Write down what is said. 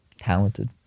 Talented